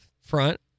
front